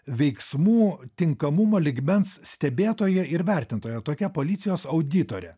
veiksmų tinkamumo lygmens stebėtoja ir vertintoja tokia policijos auditore